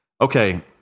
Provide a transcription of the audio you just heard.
Okay